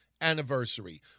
anniversary